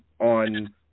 on